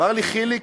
אמר לי, חיליק,